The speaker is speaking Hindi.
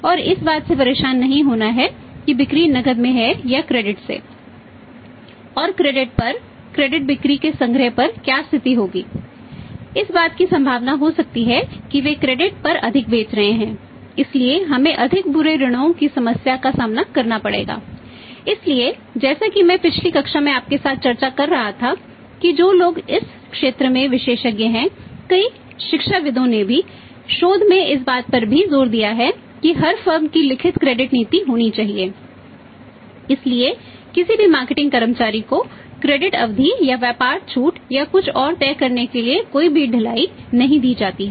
और क्रेडिट अवधि या व्यापार छूट या कुछ और तय करने के लिए कोई भी ढिलाई नहीं दी जाती है